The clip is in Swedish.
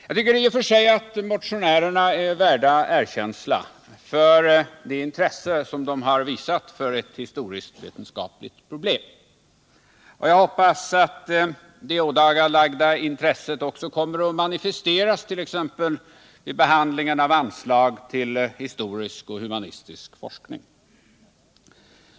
Jag tycker att motionärerna i och för sig är värda erkänsla för det intresse som de har visat för ett historiskt-vetenskapligt problem, och jag hoppas att det ådagalagda intresset också kommer att manifesteras, t.ex. vid behandling av anslag till historisk och humanistisk forskning.